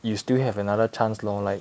you still have another chance lor like